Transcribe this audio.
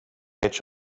edge